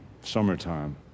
summertime